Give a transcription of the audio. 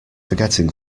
forgetting